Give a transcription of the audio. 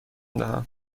دهم